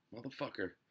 Motherfucker